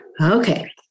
Okay